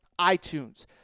iTunes